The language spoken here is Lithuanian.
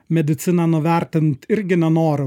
mediciną nuvertint irgi nenoriu